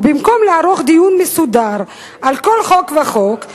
ובמקום לערוך דיון מסודר על כל חוק וחוק,